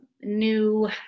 new